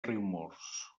riumors